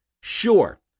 Sure